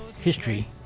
history